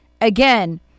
Again